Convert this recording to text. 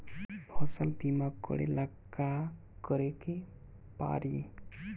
फसल बिमा करेला का करेके पारी?